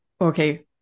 Okay